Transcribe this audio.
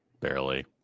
Barely